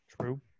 true